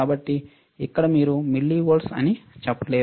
కాబట్టి ఇక్కడ మీరు మిల్లివోల్ట్స్ అని చెప్పలేరు